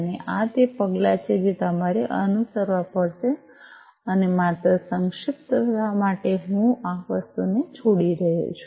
અને આ તે પગલાં છે જે તમારે અનુસરવા પડશે અને માત્ર સંક્ષિપ્તતા માટે હું આ વસ્તુને છોડી રહ્યો છું